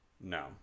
No